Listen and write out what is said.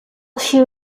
she